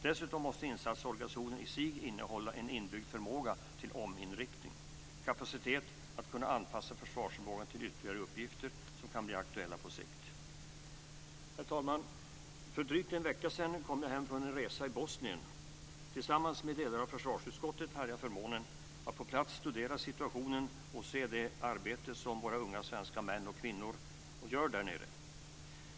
Dessutom måste insatsorganisationen i sig innehålla en inbyggd förmåga till ominriktning, en kapacitet att anpassa försvarsförmågan till ytterligare uppgifter som kan bli aktuella på sikt. Herr talman! För drygt en vecka sedan kom jag hem från en resa i Bosnien. Tillsammans med delar av försvarsutskottet hade jag förmånen att på plats studera situationen och se det arbete som våra unga svenska män och kvinnor gör där nere.